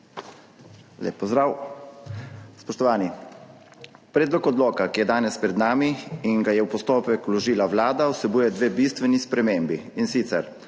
lep pozdrav. Spoštovani! Predlog odloka, ki je danes pred nami in ga je v postopek vložila Vlada, vsebuje dve bistveni spremembi, in sicer